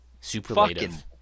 Superlative